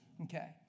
Okay